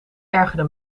ergerde